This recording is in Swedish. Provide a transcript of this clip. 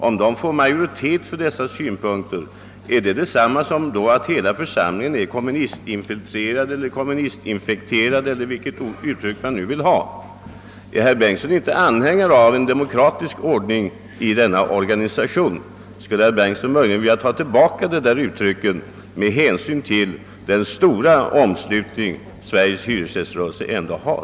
Om de får majoritet för dessa synpunkter, är det då detsamma som att hela församlingen är kommunistinfiltrerad eller kommunistinfekterad eller vilket uttryck man nu ville använda? Är herr Bengtson inte anhängare av en demokratisk ordning inom denna organisation? Skulle herr Bengtson möjligen vilja ta tillbaka det här yttrandet med hänsyn till den stora omslutning som Sveriges hyresgäströrelse har?